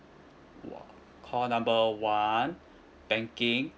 call number one banking